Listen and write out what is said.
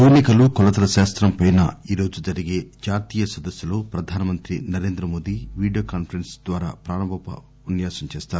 తూనికలు కొలతల శాస్తంపై ఈ రోజు జరిగే జాతీయ సదస్పులో ప్రధానమంత్రి నరేంద్ర మోదీ వీడియో కాన్పరెన్సింగ్ ద్వారా ప్రారంభోపన్యాసం చేస్తారు